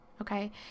okay